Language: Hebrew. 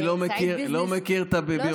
אני לא מכיר את הביוגרפיה,